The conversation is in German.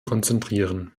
konzentrieren